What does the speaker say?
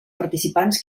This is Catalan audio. participants